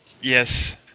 Yes